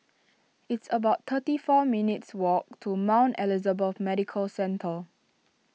it's about thirty four minutes' walk to Mount Elizabeth Medical Centre